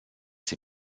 sie